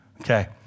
Okay